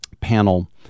panel